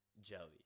jelly